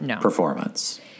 performance